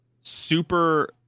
Super